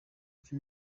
ati